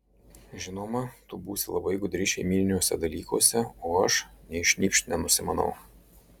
žinoma tu būsi labai gudri šeimyniniuose dalykuose o aš nei šnypšt nenusimanau